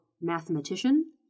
mathematician